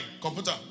Computer